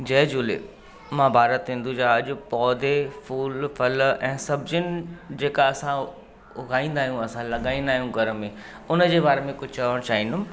जय झूले मां भारत हिंदुजा अॼु पौधे फूल फल ऐं सब्जियुनि जेका असां उॻाईंदा आहियूं असां लॻाईंदा आहियूं घर में उनजे बारे में कुझु चवण चाहींदुमि